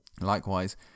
Likewise